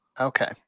Okay